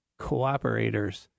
cooperators